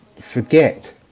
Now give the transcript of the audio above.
forget